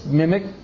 mimic